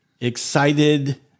excited